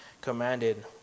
commanded